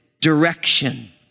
direction